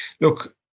look